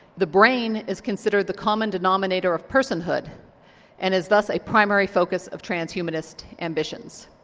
the brain is considered the common denominator of person-hood and is thus a primary focus of transhumanist ambitions.